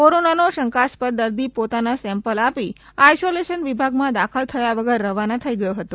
કોરોનાનો શંકાસ્પદ દર્દી પોતાના સેમ્પલ આપી આઇસોલેશન વિભાગમાં દાખલ થયા વગર રવાના થઈ ગયો હતો